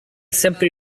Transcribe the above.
sempre